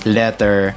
letter